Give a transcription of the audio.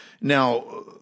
Now